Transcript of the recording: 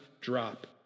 drop